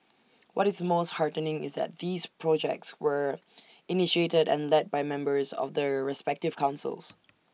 what is most heartening is that these projects were initiated and led by members of the respective councils